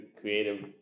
creative